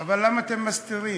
אבל למה אתם מסתירים?